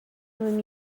new